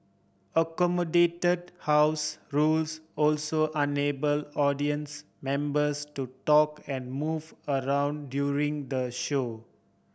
accommodated house rules also enable audience members to talk and move around during the show